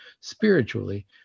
spiritually